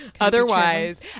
Otherwise